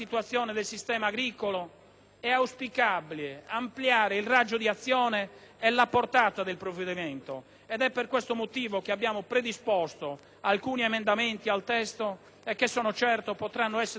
è auspicabile ampliare il raggio di azione e la portata del provvedimento ed è per questo motivo che abbiamo predisposto alcuni emendamenti al testo che sono certo potranno essere da voi condivisi ed appoggiati.